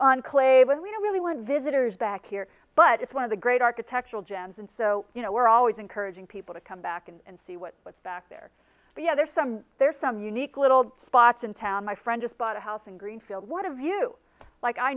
enclave and we don't really want visitors back here but it's one of the great architectural gems and so you know we're always encouraging people to come back and see what was back there the other summer there some unique little spots in town my friend just bought a house in greenfield what have you like i